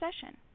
session